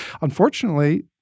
Unfortunately